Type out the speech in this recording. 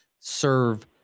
serve